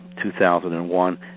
2001